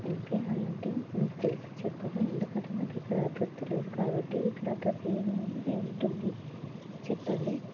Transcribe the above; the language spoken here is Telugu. ఓకే అలాంటివి మీరు తెలిసి చెప్పరా ఎందుకంటే నాకు ఇక్కడ అడ్రస్ తెలియదు కాబట్టి ఇక్కడ అడ్రస్ ఏమి ఉంటుంది చెప్పండి